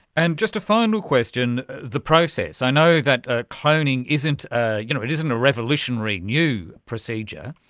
and just a final question, the process, i know that ah cloning isn't ah you know but isn't a revolutionary new procedure,